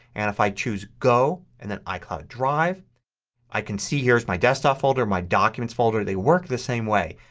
and if i choose go and then icloud drive i can see here's my desktop folder, my documents folder. they work the same way.